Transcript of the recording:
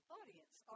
audience